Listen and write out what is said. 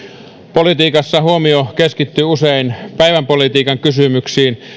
politiikassa huomio keskittyy usein päivänpolitiikan kysymyksiin